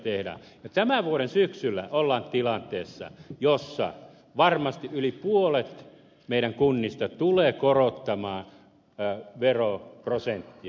ja tämän vuoden syksyllä ollaan tilanteessa jossa varmasti yli puolet meidän kunnistamme tulee korottamaan veroprosenttia